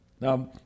now